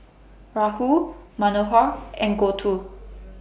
Rahul Manohar and Goutu